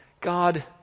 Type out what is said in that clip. God